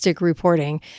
reporting